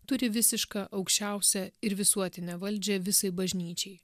turi visišką aukščiausią ir visuotinę valdžią visai bažnyčiai